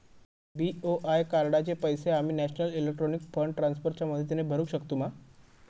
BOI कार्डाचे पैसे आम्ही नेशनल इलेक्ट्रॉनिक फंड ट्रान्स्फर च्या मदतीने भरुक शकतू मा?